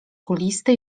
kulisty